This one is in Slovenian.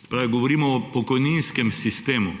Se pravi, govorimo o pokojninskem sistemu.